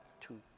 Two